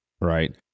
right